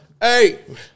hey